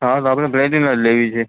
હા તો આપણે પ્લેટિના જ લેવી છે